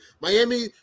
Miami